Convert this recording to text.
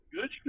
Good